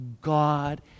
God